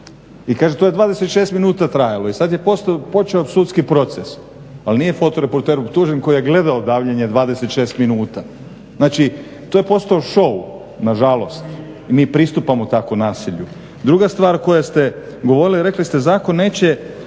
I kaže to je 26 minuta trajalo. I sada je počeo sudski proces. Ali nije fotoreporter optužen koji je gledao davljenje 26 minuta. Znači, to je postao showu nažalost i mi pristupamo tako nasilju. Druga stvar koju ste govorili, rekli ste zakon neće